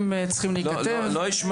אני לא ישנה